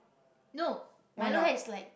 no milo has like